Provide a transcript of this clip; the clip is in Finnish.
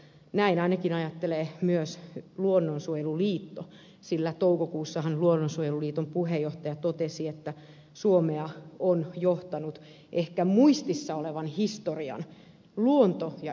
näin ainakin ajattelee myös luonnonsuojeluliitto sillä toukokuussahan luonnonsuojeluliiton puheenjohtaja totesi että suomea on johtanut ehkä muistissa olevan historian luonto ja ympäristökielteisin hallitus